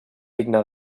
digne